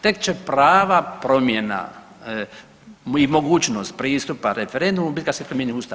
Tek će prava promjena i mogućnost pristupa referendumu biti kada se promijeni Ustav.